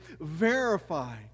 verify